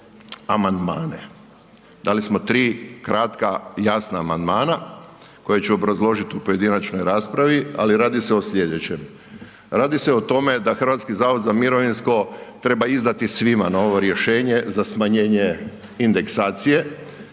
dali smo tri kratka, jasna amandmana koje ću obrazložit u pojedinačnoj raspravi, ali radi se o slijedećem. Radi se o tome da HZMO treba izdati svima novo rješenje za smanjenje indeksacije,